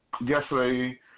Yesterday